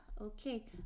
Okay